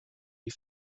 die